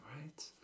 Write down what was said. Right